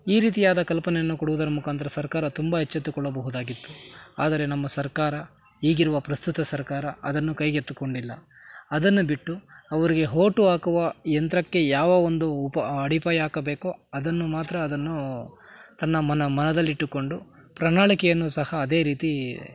ಈ ರೀತಿಯಾದ ಕಲ್ಪನೆಯನ್ನು ಕೊಡುವುದರ ಮುಖಾಂತರ ಸರ್ಕಾರ ತುಂಬ ಎಚ್ಚೆತ್ತುಕೊಳ್ಳಬಹುದಾಗಿತ್ತು ಆದರೆ ನಮ್ಮ ಸರ್ಕಾರ ಈಗಿರುವ ಪ್ರಸ್ತುತ ಸರ್ಕಾರ ಅದನ್ನು ಕೈಗೆತ್ತಿಕೊಂಡಿಲ್ಲ ಅದನ್ನು ಬಿಟ್ಟು ಅವರಿಗೆ ಹೋಟು ಹಾಕುವ ಯಂತ್ರಕ್ಕೆ ಯಾವ ಒಂದು ಉಪ ಅಡಿಪಾಯ ಹಾಕಬೇಕೋ ಅದನ್ನು ಮಾತ್ರ ಅದನ್ನು ತನ್ನ ಮನ ಮನದಲ್ಲಿಟ್ಟುಕೊಂಡು ಪ್ರಣಾಳಿಕೆಯನ್ನು ಸಹ ಅದೇ ರೀತಿ